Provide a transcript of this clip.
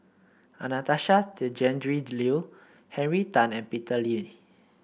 Anastasia Tjendri Liew Henry Tan and Peter Lee